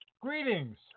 Greetings